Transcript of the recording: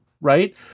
right